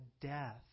death